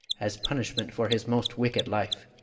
as punishment for his most wicked life.